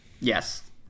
Yes